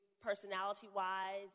personality-wise